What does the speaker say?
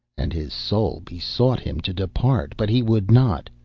and his soul besought him to depart, but he would not,